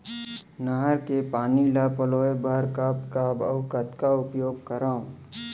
नहर के पानी ल पलोय बर कब कब अऊ कतका उपयोग करंव?